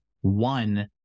one